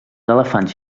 elefants